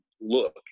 look